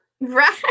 Right